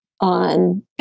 on